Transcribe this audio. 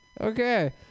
Okay